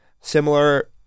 Similar